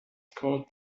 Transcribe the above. called